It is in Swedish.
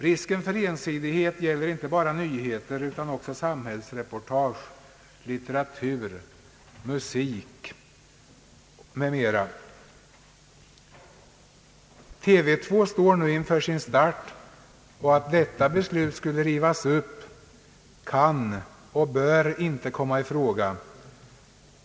Risken för ensidighet gäller inte bara nyheter utan också samhällsreportage, litteratur, musik m.m. TV 2 står nu inför sin start och att detta beslut skulle rivas upp kan och bör inte komma i fråga.